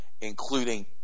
including